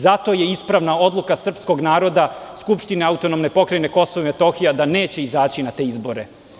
Zato je ispravna odluka srpskog naroda Skupštine AP Kosova i Metohije da neće izaći na te izbore.